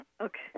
Okay